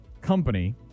Company